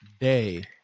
day